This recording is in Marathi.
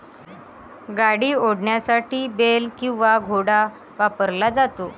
गाडी ओढण्यासाठी बेल किंवा घोडा वापरला जातो